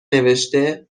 نوشته